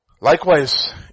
Likewise